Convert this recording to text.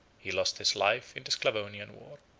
he lost his life in the sclavonian, war.